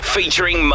Featuring